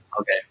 okay